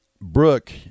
Brooke